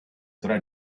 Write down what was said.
tre